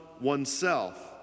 oneself